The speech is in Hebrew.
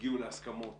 הגיעו להסכמות